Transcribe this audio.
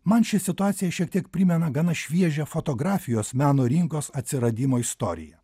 man ši situacija šiek tiek primena gana šviežia fotografijos meno rinkos atsiradimo istoriją